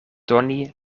doni